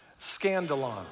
Scandalon